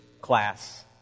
class